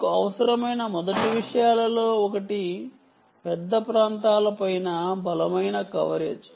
మీకు అవసరమైన మొదటి విషయాలలో ఒకటి పెద్ద ప్రాంతాలపై బలమైన కవరేజ్